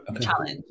challenge